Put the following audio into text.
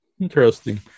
Interesting